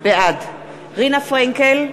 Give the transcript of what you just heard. בעד רינה פרנקל,